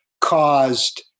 caused